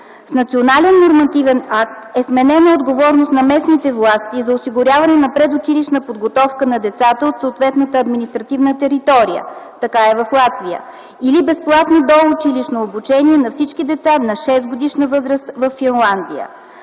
С национален нормативен акт е вменена отговорност на местните власти за осигуряване на предучилищна подготовка на децата от съответната административна територия – така е в Латвия, или безплатно доучилищно обучение на всички деца на 6-годишна възраст – във Финландия.